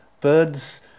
birds